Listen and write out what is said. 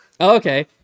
Okay